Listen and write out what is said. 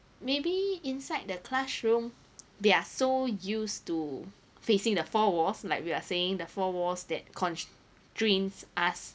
maybe inside the classroom they are so used to facing the four walls like we're saying the four walls that constrain us